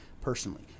personally